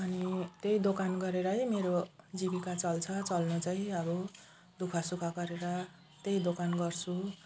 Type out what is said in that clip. अनि त्यही दोकान गरेर है मेरो जीविका चल्छ चल्नु चाहिँ अब दुःख सुख गरेर त्यही दोकान गर्छु